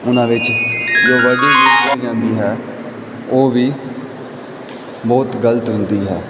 ਉਹਨਾਂ ਵਿੱਚ ਜੋ ਜਾਂਦੀ ਹੈ ਉਹ ਵੀ ਬਹੁਤ ਗਲਤ ਹੁੰਦੀ ਹੈ